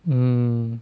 hmm